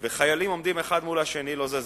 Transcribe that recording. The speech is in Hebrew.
וחיילים עומדים אחד מול השני, לא זזים,